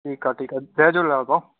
ठीकु आहे ठीकु आहे जय झूलेलाल भाउ